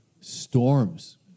storms